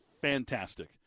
fantastic